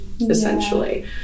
essentially